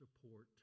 support